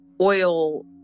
oil